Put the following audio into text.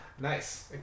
Nice